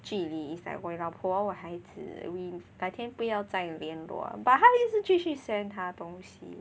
距离 is like 我有老婆我有孩子 we 改天不要再联络 but 她一直继续 send 他东西